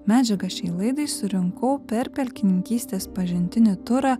medžiagą šiai laidai surinko pelkininkystės pažintinį turą